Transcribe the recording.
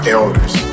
elders